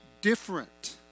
different